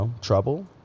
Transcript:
trouble